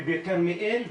ובכרמיאל,